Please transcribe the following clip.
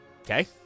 Okay